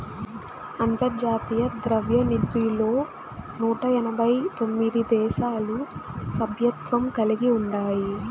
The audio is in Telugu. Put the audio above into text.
అంతర్జాతీయ ద్రవ్యనిధిలో నూట ఎనబై తొమిది దేశాలు సభ్యత్వం కలిగి ఉండాయి